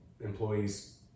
employees